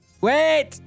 wait